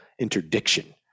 interdiction